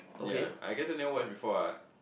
yea I guess never watch before what